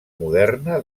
moderna